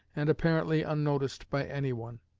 and apparently unnoticed by anyone.